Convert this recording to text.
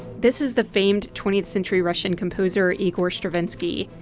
this is the famed twentieth century russian composer igor stravinsky.